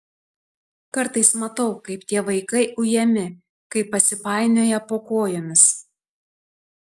kartais matau kaip tie vaikai ujami kai pasipainioja po kojomis